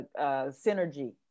synergy